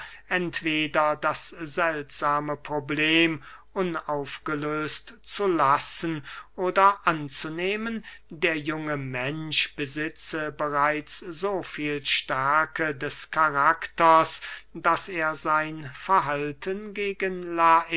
entweder das seltsame problem unaufgelöst zu lassen oder anzunehmen der junge mensch besitze bereits so viel stärke des karakters daß er sein verhalten gegen lais